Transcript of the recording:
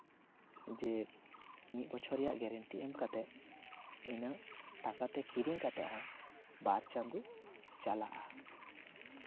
ᱡᱮ ᱢᱤᱫ ᱵᱚᱪᱷᱚᱨ ᱨᱮᱭᱟᱜ ᱜᱮᱨᱮᱱᱴᱤ ᱮᱢ ᱠᱟᱛᱮ ᱤᱱᱟᱹᱜ ᱴᱟᱠᱟ ᱛᱮ ᱠᱤᱨᱤᱧ ᱠᱟᱛᱮ ᱦᱚᱸ ᱵᱟᱨ ᱪᱟᱸᱫᱳ ᱪᱟᱞᱟᱜᱼᱟ